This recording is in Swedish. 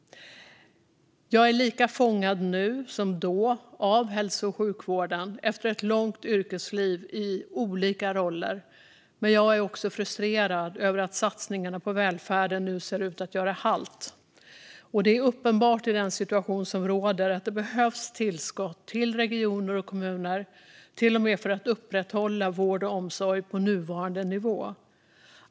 Jag är lika fångad nu som då av hälso och sjukvården efter ett långt yrkesliv i olika roller. Men jag är också frustrerad över att satsningarna på välfärden nu ser ut att göra halt. Det är uppenbart i den situation som råder att det behövs tillskott till regioner och kommuner, till och med för att upprätthålla vård och omsorg på nuvarande nivå.